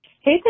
Hey